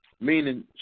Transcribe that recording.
meaning